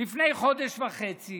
לפני חודש וחצי